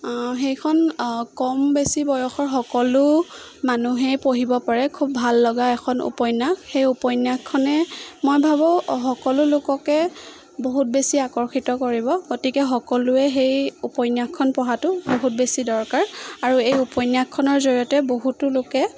সেইখন কম বেছি বয়সৰ সকলো মানুহেই পঢ়িব পাৰে খুব ভাললগা এখন উপন্যাস সেই উপন্যাসখনে মই ভাবোঁ সকলো লোককে বহুত বেছি আকৰ্ষিত কৰিব গতিকে সকলোৱে সেই উপন্যাসখন পঢ়াটো বহুত বেছি দৰকাৰ আৰু এই উপন্যাসখনৰ জৰিয়তে বহুতো লোকে